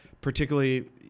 particularly